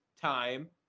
time